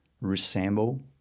resemble